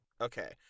Okay